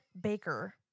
Baker